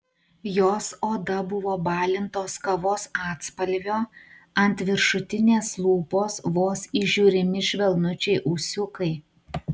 jos oda buvo balintos kavos atspalvio ant viršutinės lūpos vos įžiūrimi švelnučiai ūsiukai